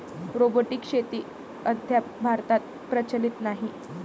robotic शेती अद्याप भारतात प्रचलित नाही